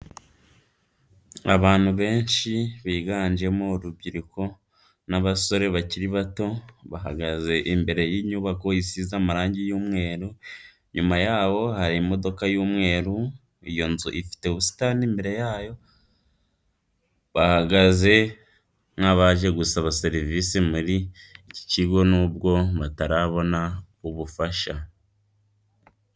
Abantu benshi biganjemo urubyiruko ni abasore bakiri bato bahagaze imbere y'inyubako isize marangi y'umweru, inyuma yabo hari imodoka y'umweru, iyo nzu ifite ubusitani imbere yayo, bahagaze nk'abaje gusaba serivisi muri iki kigo nubwo batarabona ubafasha.